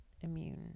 immune